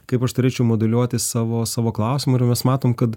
kaip aš turėčiau moduliuoti savo savo klausimą ir mes matom kad